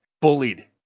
bullied